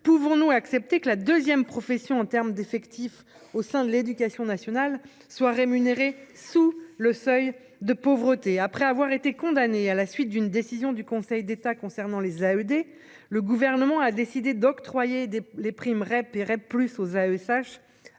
Pouvons-nous accepter que la 2ème profession en termes d'effectifs au sein de l'Éducation nationale soit rémunéré sous le seuil de pauvreté après avoir été condamné à la suite d'une décision du Conseil d'État concernant les à ED. Le gouvernement a décidé d'octroyer des les primes. Plus aux AESH